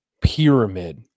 pyramid